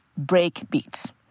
breakbeats